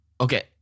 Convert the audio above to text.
okay